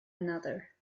another